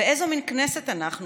ואיזו מין כנסת אנחנו,